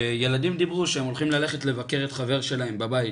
ילדים דיברו שהם הולכים ללכת לבקר את חבר שלהם בבית,